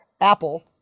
Apple